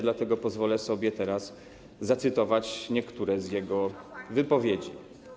dlatego pozwolę sobie teraz zacytować niektóre z jego wypowiedzi: